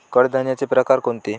कडधान्याचे प्रकार कोणते?